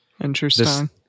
Interesting